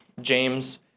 James